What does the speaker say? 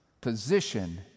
position